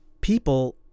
people